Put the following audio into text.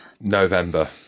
November